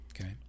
okay